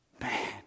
man